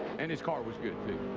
and his car was good, too.